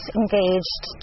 engaged